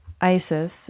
ISIS